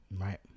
Right